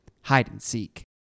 hide-and-seek